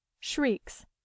Shrieks